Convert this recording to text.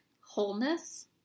wholeness